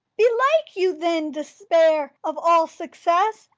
belike, you then despair of all success,